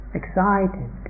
excited